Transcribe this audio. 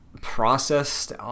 Processed